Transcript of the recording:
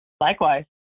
Likewise